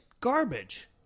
Garbage